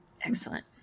excellent